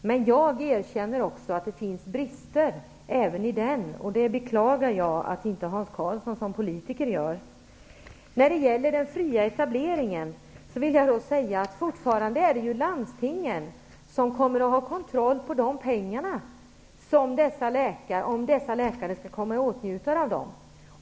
Men jag erkänner också att det finns brister även i den. Det beklagar jag att inte Hans Karlsson gör som politiker. När det gäller den fria etableringen är det fortfarande landstingen som kommer att ha kontroll över om dessa läkare skall komma i åtnjutande av pengarna.